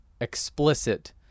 explicit